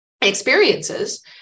experiences